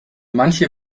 manche